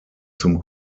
zum